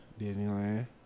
Disneyland